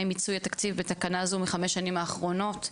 מיצוי התקציב בתקנה זו מחמש השנים האחרונות.